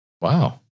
Wow